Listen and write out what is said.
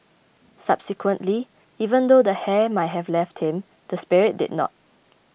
subsequently even though the hair might have left him the spirit did not